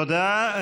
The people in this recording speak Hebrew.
תודה.